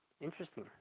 interesting